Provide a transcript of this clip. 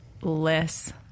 less